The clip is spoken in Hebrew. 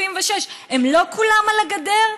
76%. הם לא כולם על הגדר?